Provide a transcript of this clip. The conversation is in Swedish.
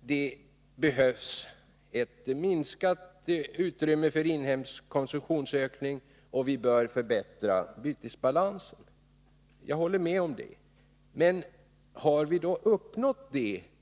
ses mot bakgrunden av att utrymmet för inhemsk konsumtionsökning är begränsat och att vi bör förbättra bytesbalansen. Jag håller med om det, men har vi uppnått den önskade effekten?